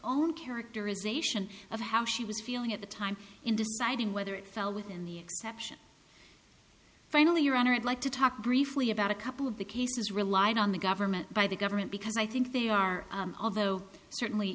own characterization of how she was feeling at the time in deciding whether it fell within the exception finally your honor i'd like to talk briefly about a couple of the cases relied on the government by the government because i think they are although certainly